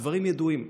הדברים ידועים,